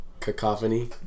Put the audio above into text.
cacophony